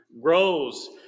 grows